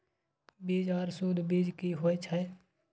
बीज आर सुध बीज की होय छै?